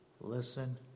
Listen